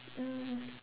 mmhmm